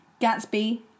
Gatsby